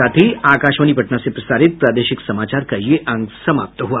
इसके साथ ही आकाशवाणी पटना से प्रसारित प्रादेशिक समाचार का ये अंक समाप्त हुआ